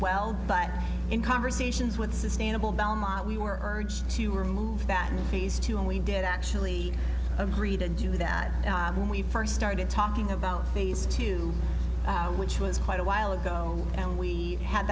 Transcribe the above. well but in conversations with sustainable belmont we were urged to remove that phase two and we did actually agree to do that when we first started talking about phase two which was quite a while ago and we had